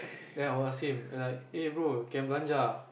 then I will ask him like eh bro can